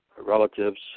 relatives